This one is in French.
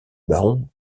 baron